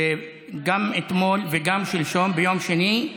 שגם אתמול וגם שלשום, ביום שני,